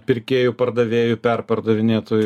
pirkėjui pardavėjui perpardavinėtojui